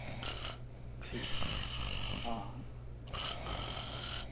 ठीक हां